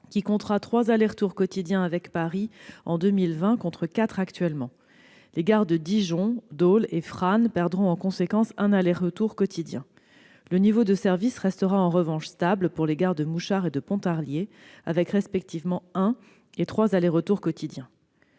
qui comptera trois allers-retours quotidiens avec Paris en 2020, contre quatre actuellement. Les gares de Dijon, Dole et Frasne perdront en conséquence un aller-retour quotidien. Le niveau de service restera en revanche stable pour les gares de Mouchard et de Pontarlier, avec respectivement un et trois allers-retours quotidiens.